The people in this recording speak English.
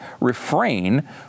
refrain